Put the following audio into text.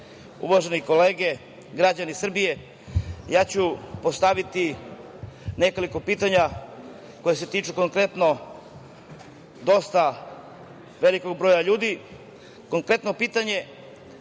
kolege, građani Srbije, ja ću postaviti nekoliko pitanja koja se tiču konkretno velikog broja ljudi. Konkretno pitanje